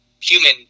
human